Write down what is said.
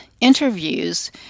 interviews